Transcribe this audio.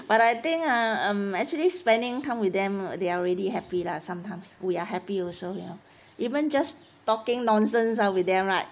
but I think uh um actually spending time with them they are really happy lah sometimes we are happy also you know even just talking nonsense ah with them right